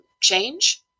change